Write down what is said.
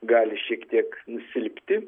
gali šiek tiek silpti